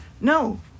No